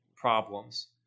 problems